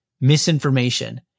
misinformation